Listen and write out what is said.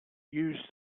use